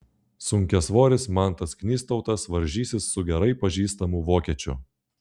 sunkiasvoris mantas knystautas varžysis su gerai pažįstamu vokiečiu